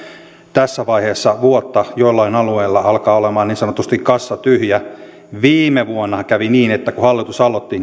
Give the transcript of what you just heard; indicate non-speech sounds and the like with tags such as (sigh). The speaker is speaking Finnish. tässä vaiheessa vuotta joillain alueilla alkaa olla niin sanotusti kassa tyhjä viime vuonnahan kävi niin että kun hallitus aloitti (unintelligible)